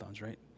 right